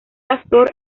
pastor